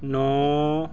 ਨੌਂ